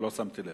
ולא שמתי לב.